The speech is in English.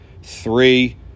Three